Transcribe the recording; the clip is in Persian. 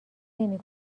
نمی